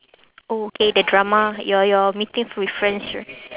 oh okay the drama your your meeting with friends right